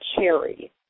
cherry